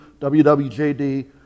WWJD